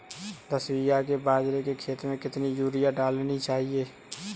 दस बीघा के बाजरे के खेत में कितनी यूरिया डालनी चाहिए?